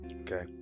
Okay